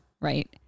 right